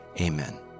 amen